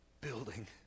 building